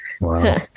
Wow